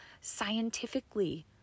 scientifically